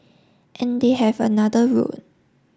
and they have another road